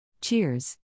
Cheers